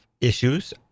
issues